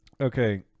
Okay